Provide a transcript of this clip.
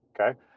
Okay